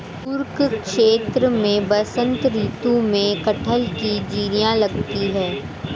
शुष्क क्षेत्र में बसंत ऋतु में कटहल की जिरीयां लगती है